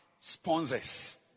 sponsors